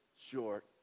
short